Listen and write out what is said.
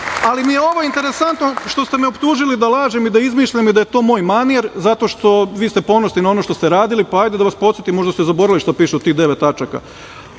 i je interesantno što ste me optužili da lažem i da izmišljam i da je to moj manir, zato što ste vi ponosni na ono što ste radili. Hajde da vas podsetim, možda ste zaboravili šta piše u tih devet tačaka. Kaže,